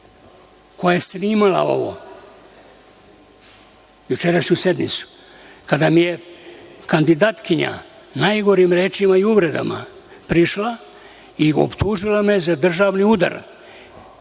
koje je videlo jučerašnju sednicu, kada mi je kandidatkinja najgorim rečima i uvredama prišla i optužila me za državni udar,